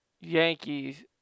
Yankees